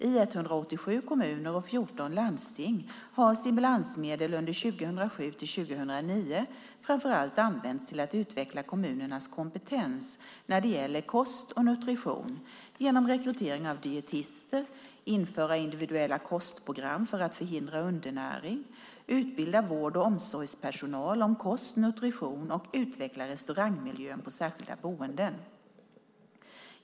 I 187 kommuner och 14 landsting har stimulansmedel under 2007-2009 framför allt använts till att utveckla kommunernas kompetens när det gäller kost och nutrition genom rekrytering av dietister och genom att införa individuella kostprogram för att förhindra undernäring, utbilda vård och omsorgspersonal om kost och nutrition och utveckla restaurangmiljön på särskilda boenden.